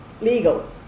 legal